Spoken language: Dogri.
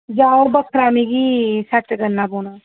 जां ओह् बक्खरे मिगी सैट्ट करना पौना